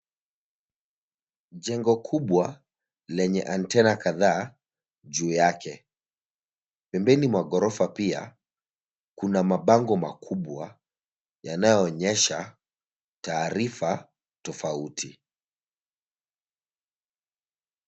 Jengo kubwa lenye antena kadhaa juu yake. Pembeni mwa ghorofa pia kuna mabango makubwa yanayoonyesha taarifa tofauti.